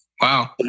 wow